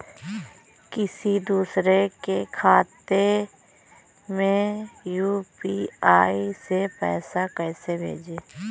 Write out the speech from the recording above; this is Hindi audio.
किसी दूसरे के खाते में यू.पी.आई से पैसा कैसे भेजें?